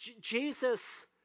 Jesus